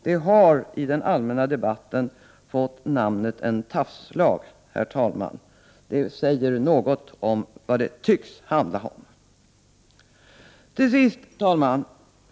Det har i den allmänna debatten fått namnet ”tafslag”. Det säger något om vad det tycks handla om. Herr talman!